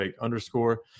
underscore